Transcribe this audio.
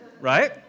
right